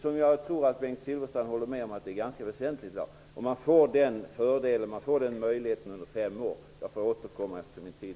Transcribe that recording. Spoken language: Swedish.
Jag tror att Bengt Silfverstrand håller med mig om att det i dag är ganska väsentligt att nya företag startas. Denna möjlighet, denna fördel, får man under fem år.